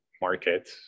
market